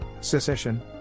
Secession